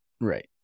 Right